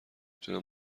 تونم